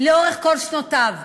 לאורך כל שנותיו.